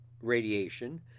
radiation